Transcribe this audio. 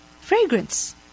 Fragrance